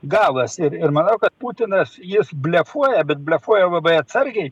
galas ir ir manau kad putinas jis blefuoja bet blefuoja labai atsargiai